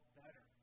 better